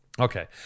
Okay